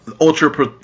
ultra